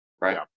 right